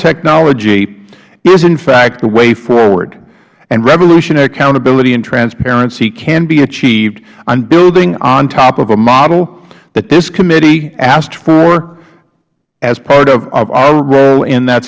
technology is in fact the way forward and revolutionary accountability and transparency can be achieved on building on top of a model that this committee asked for as part of our role in that